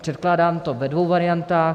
Předkládám to ve dvou variantách.